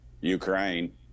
Ukraine